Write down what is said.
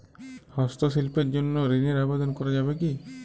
হস্তশিল্পের জন্য ঋনের আবেদন করা যাবে কি?